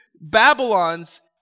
Babylon's